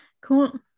cool